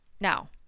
now